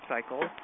Cycle